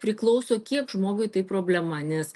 priklauso kiek žmogui tai problema nes